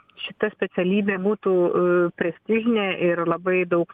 šita specialybė būtų prestižinė ir labai daug